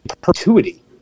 perpetuity